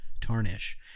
tarnish